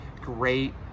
great